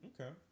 Okay